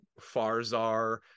Farzar